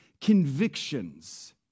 convictions